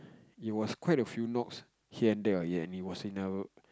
it was quite a few knocks here and ya it was in a